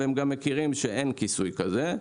והם גם מכירים שאין כיסוי כזה.